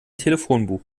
telefonbuch